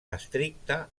estricte